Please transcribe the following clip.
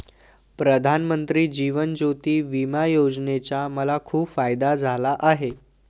प्रधानमंत्री जीवन ज्योती विमा योजनेचा मला खूप फायदा झाला आहे